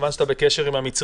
מכיוון שאתה בקשר עם המצרים,